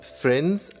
friends